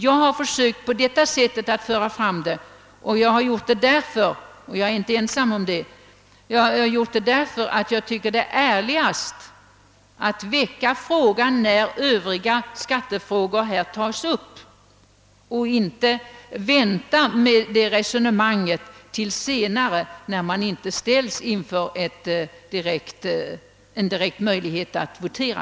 Jag har gjort det på detta sätt, och jag är inte ensam. Jag tycker nämligen att det är ärligast att väcka frågan när övriga skattefrågor tas upp och inte vänta med resonemanget till senare, när det inte finns en direkt möjlighet att votera.